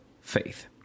faith